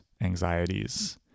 anxieties